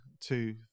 two